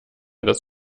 das